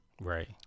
right